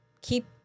keep